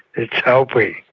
it's helping.